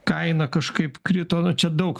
kaina kažkaip krito nu čia daug